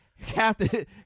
captain